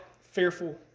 fearful